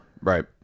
Right